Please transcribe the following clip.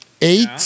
eight